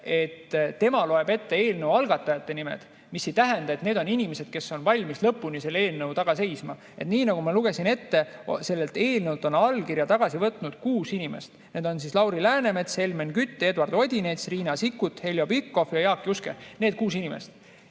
Kui tema loeb eelnõu algatajate nimed ette, siis see ei tähenda, et need on inimesed, kes on valmis lõpuni selle eelnõu taga seisma. Nii nagu ma ette lugesin, sellelt eelnõult on allkirja tagasi võtnud kuus inimest: need on Lauri Läänemets, Helmen Kütt, Eduard Odinets, Riina Sikkut, Heljo Pikhof ja Jaak Juske. Need kuus inimest.